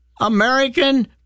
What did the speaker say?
American